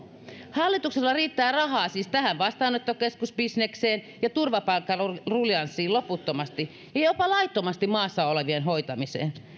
hallituksella riittää rahaa siis tähän vastaanottokeskusbisnekseen ja turvapaikkaruljanssiin loputtomasti ja jopa laittomasti maassa olevien hoitamiseen